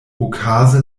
okaze